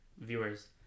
viewers